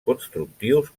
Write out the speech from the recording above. constructius